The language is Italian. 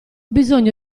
bisogno